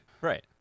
Right